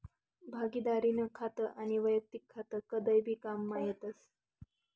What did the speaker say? भागिदारीनं खातं आनी वैयक्तिक खातं कदय भी काममा येतस